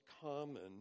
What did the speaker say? common